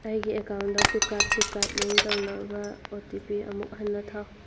ꯑꯩꯒꯤ ꯑꯦꯀꯥꯎꯟꯗ Flipkart Flipkart link ꯇꯧꯅꯕ ꯑꯣ ꯇꯤ ꯄꯤ ꯑꯃꯨꯛ ꯍꯟꯅ ꯊꯥꯎ